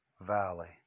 valley